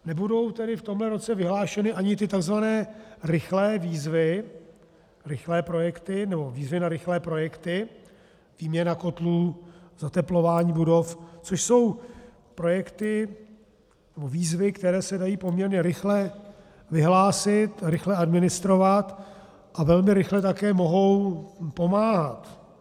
Nebudou tedy v tomto roce vyhlášeny ani ty tzv. rychlé výzvy, rychlé projekty nebo výzvy na rychlé projekty výměna kotlů, zateplování budov, což jsou projekty nebo výzvy, které se dají poměrně rychle vyhlásit a rychle administrovat a velmi rychle také mohou pomáhat?